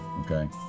okay